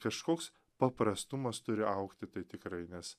kažkoks paprastumas turi augti tai tikrai nes